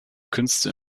künste